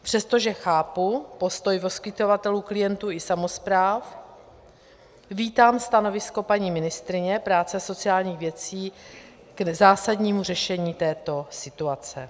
Přestože chápu postoj poskytovatelů, klientů i samospráv, vítám stanovisko paní ministryně práce a sociálních věcí k zásadnímu řešení této situace.